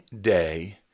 day